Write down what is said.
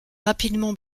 rapidement